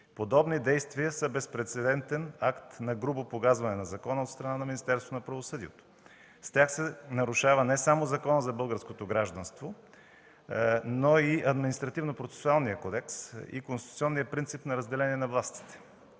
Подобни действия са безпрецедентен акт на грубо погазване на закона от страна на Министерството на правосъдието. С тях се нарушава не само Законът за българското гражданство, но и Административно- процесуалният кодекс и конституционният принцип за разделение на властите,